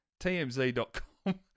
TMZ.com